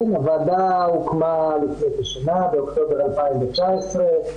הוועדה הוקמה לפני כשנה, באוקטובר 2019,